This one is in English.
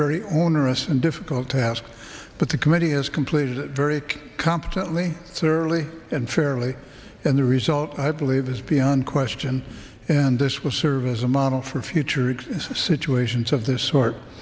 very onerous and difficult task but the committee has completed very competently thoroughly and fairly and the result i believe is beyond question and this will serve as a model for future expenses situations of this sort